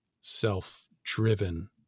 self-driven